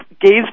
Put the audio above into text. Gays